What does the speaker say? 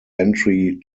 entry